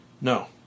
No